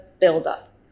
build-up